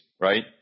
right